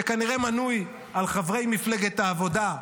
שכנראה מנוי על חברי מפלגת העבודה,